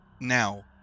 Now